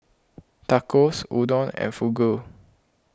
Tacos Udon and Fugu